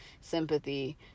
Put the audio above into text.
sympathy